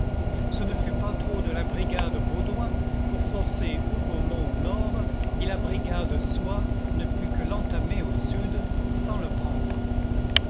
ce ne fut pas trop de la brigade bauduin pour forcer hougomont au nord et la brigade soye ne put que l'entamer au sud sans le prendre